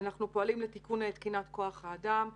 אנחנו פועלים לתיקון תקינת כוח האדם,